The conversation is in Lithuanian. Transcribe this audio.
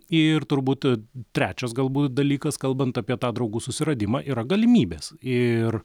ir turbūt trečias galbūt dalykas kalbant apie tą draugų susiradimą yra galimybės ir